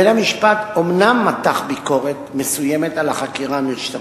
בית-המשפט אומנם מתח ביקורת מסוימת על החקירה המשטרתית,